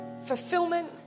fulfillment